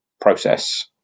process